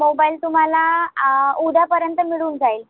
mobile तुम्हाला उद्यापर्यंत मिळून जाईल